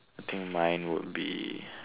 I think mine would be